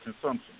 consumption